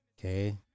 okay